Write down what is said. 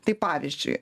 tai pavyzdžiui